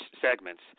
segments